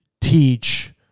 teach